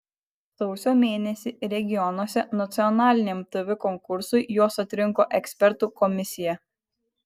sausio mėnesį regionuose nacionaliniam tv konkursui juos atrinko ekspertų komisija